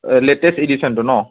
এই লেটেষ্ট এডিশ্যনটো ন